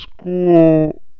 School